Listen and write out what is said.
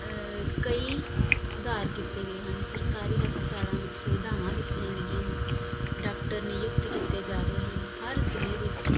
ਕਈ ਸੁਧਾਰ ਕੀਤੇ ਗਏ ਹਨ ਸਰਕਾਰੀ ਹਸਪਤਾਲਾਂ ਵਿੱਚ ਸੁਵਿਧਾਵਾਂ ਦਿੱਤੀਆਂ ਗਈਆਂ ਹਨ ਡਾਕਟਰ ਨਿਯੁਕਤ ਕੀਤੇ ਜਾ ਰਹੇ ਹਨ ਹਰ ਜ਼ਿਲ੍ਹੇ ਵਿੱਚ